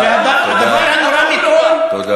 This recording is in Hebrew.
והדבר הנורא מכול, איך אתה משווה?